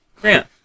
Grant